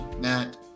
Matt